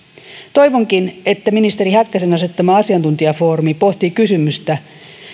toivonkin että ministeri häkkäsen asettama asiantuntijafoorumi pohtii kysymystä